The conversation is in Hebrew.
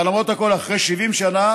אבל למרות הכול, אחרי 70 שנה